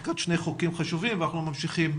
חוקקה שני חוקים חשובים ואנחנו ממשיכים